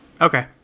Okay